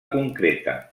concreta